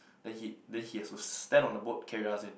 then he then he has to stand on the boat carry us in